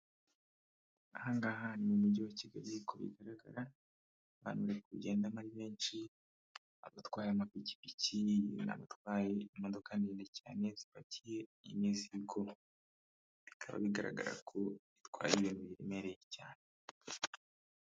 Aha ngaha ni mu mujyi wa Kigali uko bigaragara, abantu bari kugendamo ari benshi, abatwaye amapikipiki, n'abatwaye imodoka ndende cyane zipakiye imizigo, bikaba bigaragara ko itwaye ibintu biremereye cyane.